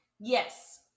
Yes